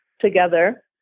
together